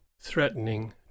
threatening